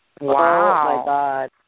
Wow